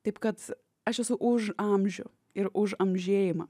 taip kad aš esu už amžių ir už amžėjimą